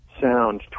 sound